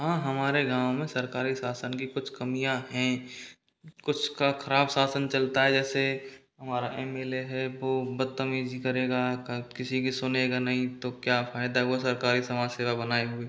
हाँ हमारे गाँव में सरकारी शासन की कुछ कमियाँ हैं कुछ का खराब शासन चलता है जैसे हमारा एम एल ए है वो बत्तमीज़ी करेगा का किसी की सुनेगा नहीं तो क्या फ़ायदा हुआ सरकारी समाज सेवा बनाए हुए